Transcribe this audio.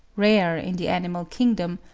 rare in the animal kingdom,